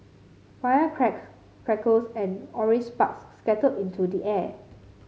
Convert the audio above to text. fires crackled crackles and orange sparks scattered into the air